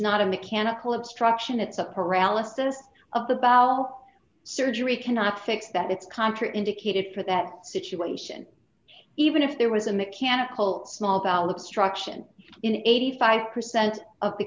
not a mechanical obstruction it's a paralysis of the bow surgery cannot fix that it's contra indicated for that situation even if there was a mechanical small bowel obstruction in eighty five percent of the